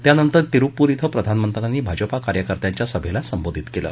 त्यानंतर तिरुप्पूर श्वे प्रधानमंत्र्यांनी भाजपा कार्यकर्त्याच्या सभेला संबोधित केलं